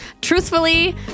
Truthfully